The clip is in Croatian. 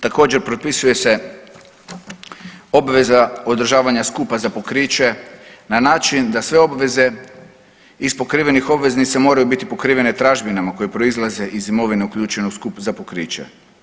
Također propisuje se obveza održavanja skupa za pokriće na način da sve obveze iz pokrivenih obveznica moraju biti pokrivene tražbinama koje proizlaze iz imovine uključene u skup za pokriće.